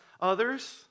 others